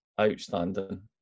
outstanding